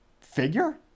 figure